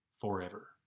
forever